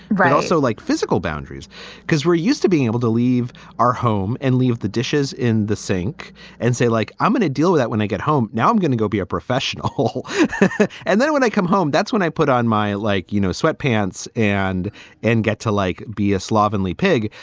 also like physical boundaries because we're used to being able to leave our home and leave the dishes in the sink and say, like, i'm going to deal with that when i get home. now i'm going to go be a professional. and then when they come home, that's when i put on my like, you know, sweat pants and and get to like be a slovenly pig.